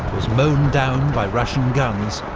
was mown down by russian guns,